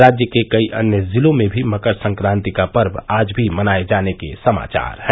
राज्य के कई अन्य जिलों में भी मकर सक्राति का पर्व आज भी मनाये जाने के समाचार हैं